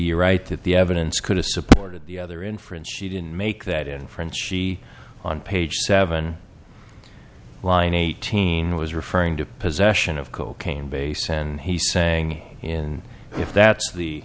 you're right that the evidence could have supported the other inference she didn't make that inference she on page seven line eighteen was referring to possession of cocaine base and he saying in if that's the